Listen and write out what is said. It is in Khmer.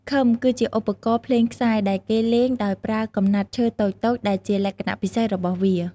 ឃឹម គឺជាឧបករណ៍ភ្លេងខ្សែដែលគេលេងដោយប្រើកំណាត់ឈើតូចៗ ដែលជាលក្ខណៈពិសេសរបស់វា។